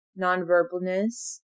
nonverbalness